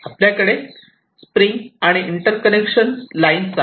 आपल्याकडे स्प्रिंग आणि interconnection lines आहेत